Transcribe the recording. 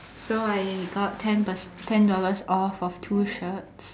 so I got ten perc~ ten dollars off of two shirts